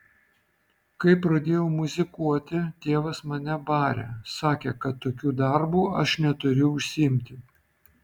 kai pradėjau muzikuoti tėvas mane barė sakė kad tokiu darbu aš neturiu užsiimti